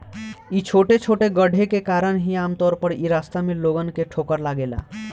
इ छोटे छोटे गड्ढे के कारण ही आमतौर पर इ रास्ता में लोगन के ठोकर लागेला